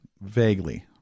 vaguely